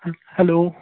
hello